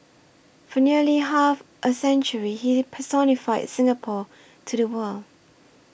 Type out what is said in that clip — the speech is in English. for nearly half a century he personified Singapore to the world